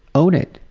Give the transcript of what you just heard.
own it.